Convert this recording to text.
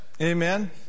Amen